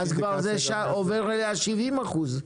אז כבר זה עובר ל-70 אחוז.